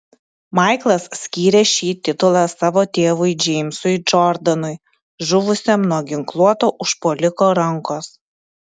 maiklas skyrė šį titulą savo tėvui džeimsui džordanui žuvusiam nuo ginkluoto užpuoliko rankos